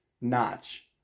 notch